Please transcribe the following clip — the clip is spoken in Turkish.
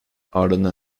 ardından